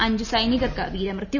അഞ്ചു സൈനികർക്ക് വീരമൃത്യു